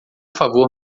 favor